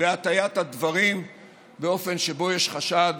בהטיית הדברים באופן שבו יש חשד